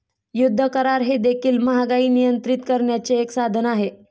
युद्ध करार हे देखील महागाई नियंत्रित करण्याचे एक साधन आहे